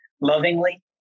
lovingly